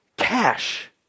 cash